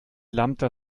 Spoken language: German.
lambda